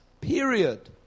period